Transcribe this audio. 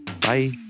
bye